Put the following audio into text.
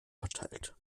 verteilt